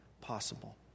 possible